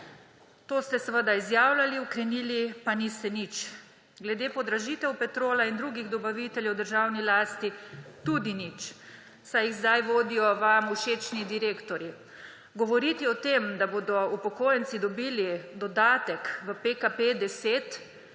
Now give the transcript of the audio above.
To ste seveda izjavljali, ukrenili pa niste nič. Glede podražitev Petrola in drugih dobaviteljev v državni lasti tudi nič, saj jih zdaj vodijo vam všečni direktorji. Govoriti o tem, da bodo upokojenci dobili dodatek v PKP10